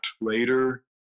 later